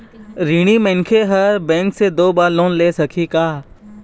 ऋणी मनखे हर बैंक से दो बार लोन ले सकही का?